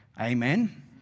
Amen